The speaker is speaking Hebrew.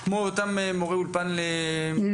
כמו אותם מורי אולפן למבוגרים?